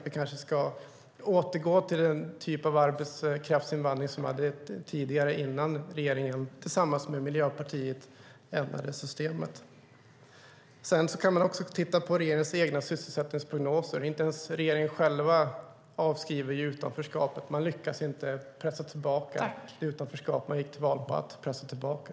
Vi kanske ska återgå till den typ av arbetskraftsinvandring som vi hade tidigare, innan regeringen tillsammans med Miljöpartiet ändrade systemet. Man kan också titta på regeringens egna sysselsättningsprognoser. Inte ens regeringen själv avskriver utanförskapet. Ni lyckas inte pressa tillbaka det utanförskap ni gick till val på att pressa tillbaka.